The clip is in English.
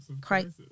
Crisis